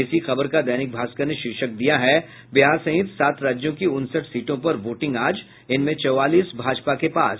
इसी खबर का दैनिक भास्कर ने शीर्षक दिया है बिहार सहित सात राज्यों की उनसठ सीटों पर वोटिंग आज इनमें चौवालीस भाजपा के पास